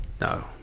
No